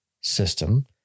system